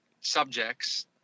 subjects